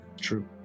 True